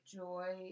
joy